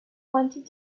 wanted